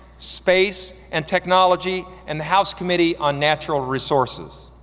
space, and technology and the house committee on natural resources.